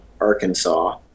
Arkansas